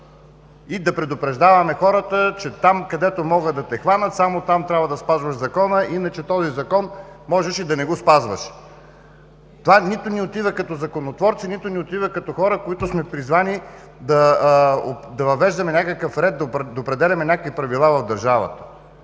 и да предупреждаваме хората, че там, където могат да те хванат, само там трябва да спазваш закона, иначе този закон можеше да не го спазваш! Това нито ни отива като законотворци, нито ни отива като хора, които сме призвани да въвеждаме някакъв ред, да определяме някакви правила в държавата!